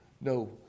no